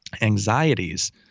anxieties